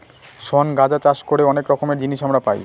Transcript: শন গাঁজা চাষ করে অনেক রকমের জিনিস আমরা পাই